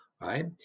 right